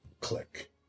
click